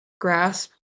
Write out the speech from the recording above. grasp